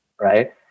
right